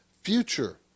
future